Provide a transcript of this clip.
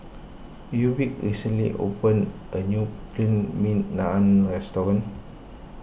Reubin recently opened a new Plain Naan restaurant